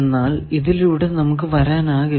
എന്നാൽ ഇതിലൂടെ നമുക്ക് വരാനാകില്ല